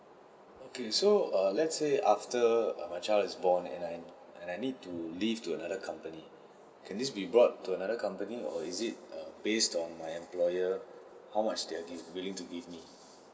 okay so uh let's say after err my child is born and I and I need to leave to another company can this be brought to another company or is it uh based on my employer how much they are willing to give me